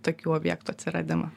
tokių objektų atsiradimą